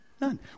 None